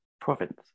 province